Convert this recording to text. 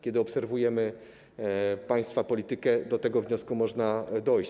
Kiedy obserwujemy państwa politykę, do tego wniosku można dojść.